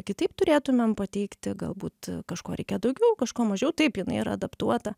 kitaip turėtumėm pateikti galbūt kažko reikia daugiau kažko mažiau taip jinai yra adaptuota